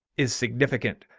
is significant.